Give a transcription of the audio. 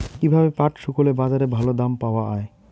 কীভাবে পাট শুকোলে বাজারে ভালো দাম পাওয়া য়ায়?